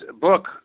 book